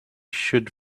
should